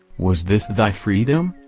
was this thy freedom?